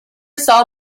saw